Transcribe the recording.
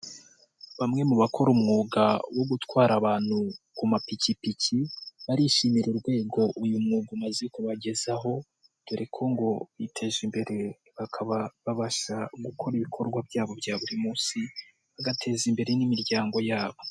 Bamwe mu bakora umwuga wo gutwara abantu ku mapikipiki barishimira urwego uyu mwuga umaze kubagezaho dore ko ngo biteje imbere bakaba babasha gukora ibikorwa byabo bya buri munsi bagateza imbere n'imiryango yabo.